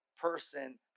person